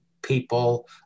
people